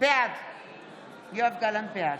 בעד מאזן גנאים,